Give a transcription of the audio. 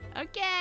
okay